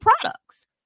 products